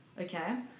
okay